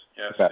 yes